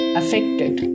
affected